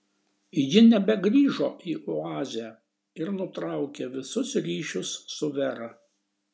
ji nebegrįžo į oazę ir nutraukė visus ryšius su vera